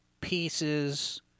pieces